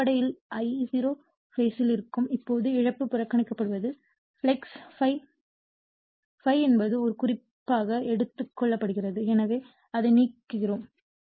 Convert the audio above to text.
எனவே அடிப்படையில் I0 base ல் இருக்கும் இப்போது இழப்பு புறக்கணிக்கப்படுவது ஃப்ளக்ஸ் ∅∅ என்பது ஒரு குறிப்பாக எடுத்துக் கொள்ளப்படுகிறது எனவே அதை நீக்குகிறோம்